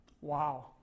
Wow